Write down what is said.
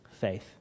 faith